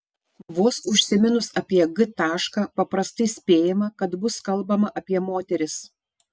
vos užsiminus apie g tašką paprastai spėjama kad bus kalbama apie moteris